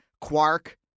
quark